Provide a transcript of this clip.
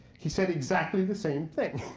he said exactly the same thing.